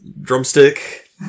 drumstick